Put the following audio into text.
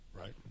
Right